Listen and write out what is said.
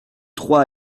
trois